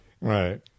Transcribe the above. Right